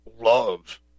love